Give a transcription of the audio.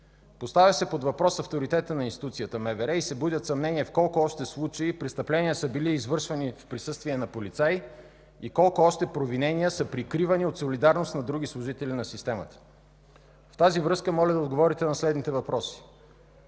Поставя се под въпрос авторитетът на институцията МВР и се будят съмнения в колко още случаи престъпления са били извършвани в присъствие на полицаи и колко още провинения са прикривани от солидарност на други служители на системата?! В тази връзка моля да отговорите на следните въпроси: